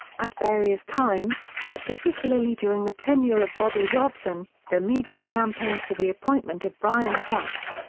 at various times, but particularly during the tenure of bobby robson, the media campaigned for the appointment of brian clough.